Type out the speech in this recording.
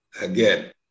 Again